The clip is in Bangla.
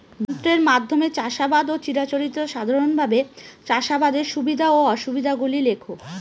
যন্ত্রের মাধ্যমে চাষাবাদ ও চিরাচরিত সাধারণভাবে চাষাবাদের সুবিধা ও অসুবিধা গুলি লেখ?